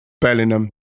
Bellingham